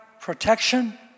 protection